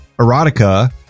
erotica